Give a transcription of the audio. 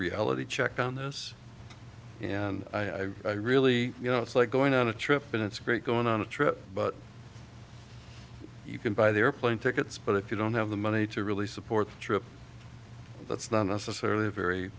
reality check on this you know i really you know it's like going on a trip and it's great going on a trip but you can buy the airplane tickets but if you don't have the money to really support the trip that's not necessarily a very